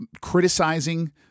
criticizing